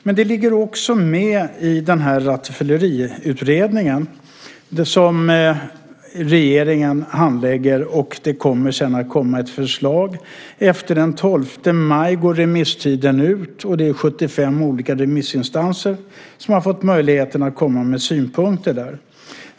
Men det finns också med i denna rattfylleriutredning som regeringen handlägger. Och det kommer senare att komma ett förslag. Den 12 maj går remisstiden ut, och det är 75 olika remissinstanser som har fått möjlighet att komma med synpunkter.